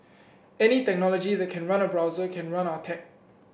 any technology that can run a browser can run our tech